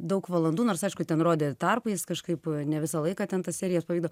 daug valandų nors aišku ten rodė tarpais kažkaip ne visą laiką ten tas serijas pavykdavo